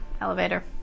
Elevator